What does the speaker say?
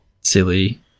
silly